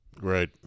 Right